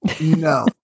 No